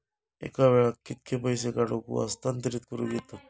एका वेळाक कित्के पैसे काढूक व हस्तांतरित करूक येतत?